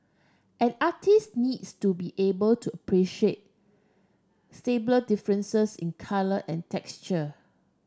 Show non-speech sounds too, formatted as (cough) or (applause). an artist needs to be able to appreciate (unintelligible) differences in colour and texture